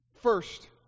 First